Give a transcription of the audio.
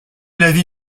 l’avis